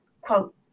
Quote